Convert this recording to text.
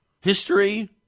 history